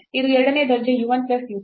ಇದು ಎರಡನೇ ದರ್ಜೆ u 1 plus u 2